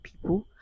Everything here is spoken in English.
people